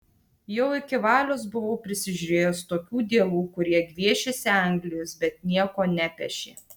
jau iki valios buvau prisižiūrėjęs tokių dievų kurie gviešėsi anglijos bet nieko nepešė